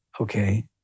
Okay